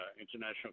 international